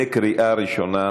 קריאה ראשונה.